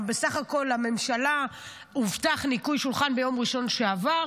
ובסך הכול לממשלה הובטח ניקוי שולחן ביום ראשון שעבר,